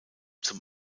zum